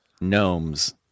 gnomes